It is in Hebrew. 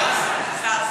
שר.